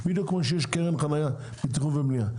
בדיוק כמו שיש בקניון חניה בתכנון ובניה,